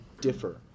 differ